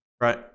right